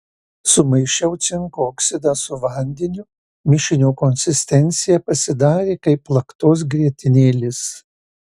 sumaišiau cinko oksidą su vandeniu mišinio konsistencija pasidarė kaip plaktos grietinėlės